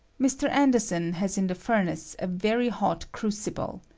mr. anderson has in the furnace a very hot isrucible.